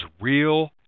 real